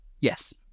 Yes